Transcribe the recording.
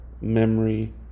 memory